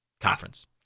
Conference